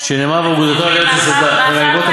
שנאמר 'ואגדתו על ארץ יסדה'" אולי אבל נעשה,